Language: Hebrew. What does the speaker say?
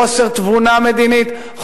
חוסר תבונה מדינית,